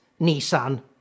Nissan